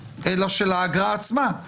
אלא של האגרה עצמה.